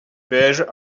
beige